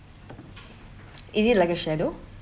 is it like a shadow